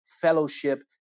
fellowship